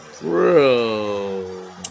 bro